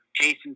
Jason